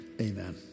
amen